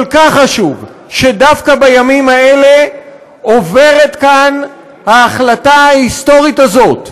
כל כך חשוב שדווקא בימים האלה עוברת כאן ההחלטה ההיסטורית הזאת,